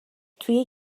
توی